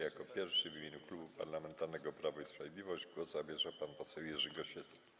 Jako pierwszy, w imieniu Klubu Parlamentarnego Prawo i Sprawiedliwość, głos zabierze pan poseł Jerzy Gosiewski.